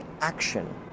action